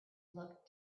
looked